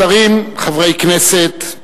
שרים, חברי הכנסת,